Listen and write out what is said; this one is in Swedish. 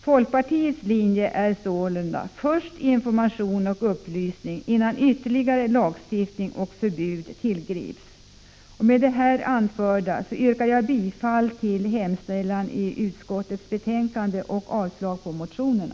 Folkpartiets linje är sålunda: Först information och upplysning, innan ytterligare lagstiftning och förbud tillgrips. Med det anförda yrkar jag bifall till hemställan i utskottets betänkande och avslag på reservationerna.